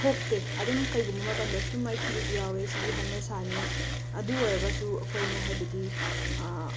ꯊꯣꯛꯇꯦ ꯑꯗꯨꯝ ꯀꯩꯒꯨꯝꯕ ꯃꯇꯝꯗꯁꯨ ꯑꯗꯨꯝ ꯃꯥꯏꯊꯤꯕꯁꯨ ꯌꯥꯎꯋꯦ ꯁꯤꯗꯤ ꯍꯧꯅꯁꯥꯅꯤ ꯑꯗꯨ ꯑꯣꯏꯔꯒꯁꯨ ꯑꯩꯈꯣꯏꯅ ꯍꯥꯏꯕꯗꯤ